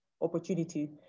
opportunity